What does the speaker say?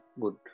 good